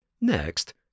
Next